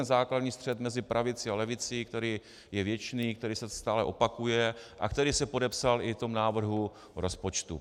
To je ten základní střet mezi pravicí a levicí, který je věčný, který se stále opakuje a který se podepsal i v tom návrhu rozpočtu.